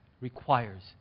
requires